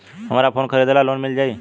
हमरा फोन खरीदे ला लोन मिल जायी?